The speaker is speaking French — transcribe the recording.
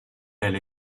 elle